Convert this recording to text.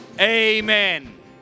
Amen